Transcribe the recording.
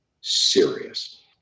serious